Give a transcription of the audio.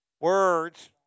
words